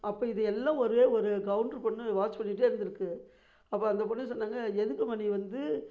அப்போ இது எல்லாம் ஒரே ஒரு கவுண்ட்ரு பொண்ணு வாட்ச் பண்ணிகிட்டே இருந்திருக்கு அப்போ அந்த பொண்ணு சொன்னாங்க எதுக்கும்மா நீ வந்து